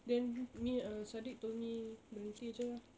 then ni ah sadiq told me berhenti jer lah